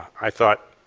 i thought,